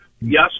Yes